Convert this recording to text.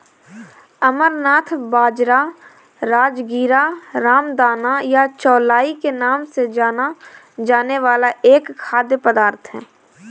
अमरनाथ बाजरा, राजगीरा, रामदाना या चौलाई के नाम से जाना जाने वाला एक खाद्य पदार्थ है